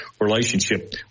relationship